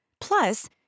Plus